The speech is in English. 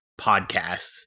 podcasts